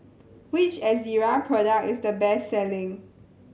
which Ezerra product is the best selling